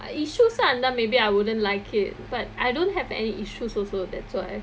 issues ah இருந்தா:irunthaa maybe I wouldn't like it but I don't have any issues also that's why